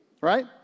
right